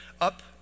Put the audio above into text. up